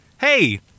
Hey